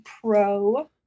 Pro